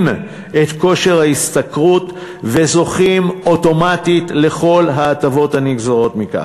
את כושר ההשתכרות וזוכים אוטומטית לכל ההטבות הנגזרות מכך.